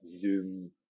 zoom